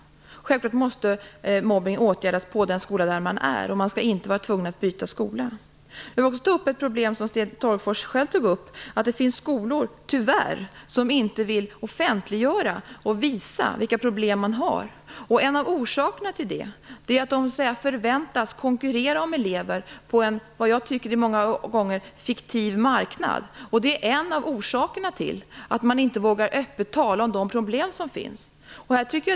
Självklart måste mobbning åtgärdas på den skola där man är. Man skall inte vara tvungen att byta skola. Jag vill också ta upp ett problem som också Sten Tolgfors själv nämnde: det finns, tyvärr, skolor som inte vill offentliggöra och visa vilka problem man har. En av orsakerna är att de förväntas konkurrera om elever på en som jag många gånger tycker fiktiv marknad. Det är en av orsakerna till att man inte vågar öppet tala om de problem som finns.